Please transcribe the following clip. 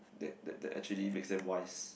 that that that actually makes them wise